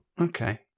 Okay